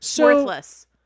worthless